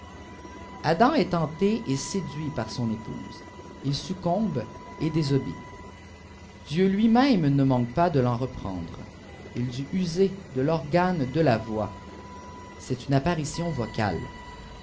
adam est fente et duit par son épouse il succombe et désobéit dieu lui-même ne manque pas de ten reprendre d dut user de ta voix cest une apparition vocale